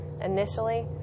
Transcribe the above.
initially